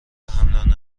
حمل